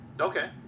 Okay